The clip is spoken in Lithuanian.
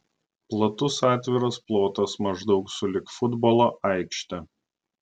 platus atviras plotas maždaug sulig futbolo aikšte